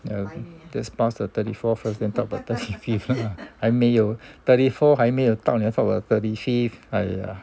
just pass the thirty four first then talk about thirty fifth ah 还没有 thirty four 还没有到 talk about thirty fifth !aiya!